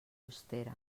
costera